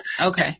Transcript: Okay